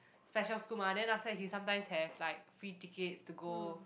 special school mah then after that he sometimes have like free tickets to go